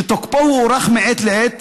שתוקפה הוארך מעת לעת,